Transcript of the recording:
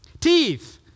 Teeth